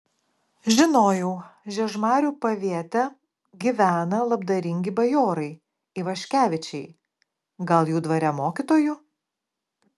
žinojau žiežmarių paviete gyvena labdaringi bajorai ivaškevičiai gal jų dvare mokytoju